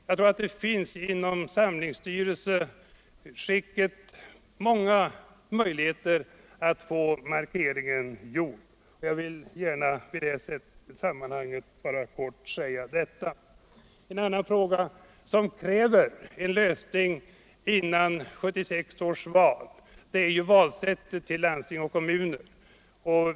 Jag vill bara kort framhålla att jag tror att samlingsstyre ger många möjligheter till sådana markeringar. En annan fråga som kräver en lösning före 1976 års val är valsättet i landsting och kommuner.